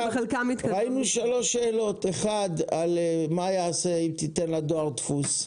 ראינו 3 שאלות : אחת, מה יעשה את תיתן לדואר דפוס?